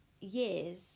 years